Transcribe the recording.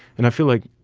and i feel like